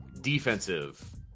defensive